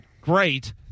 great